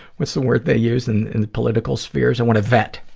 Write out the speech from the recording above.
what's the word they use in the political spheres? i want to vet.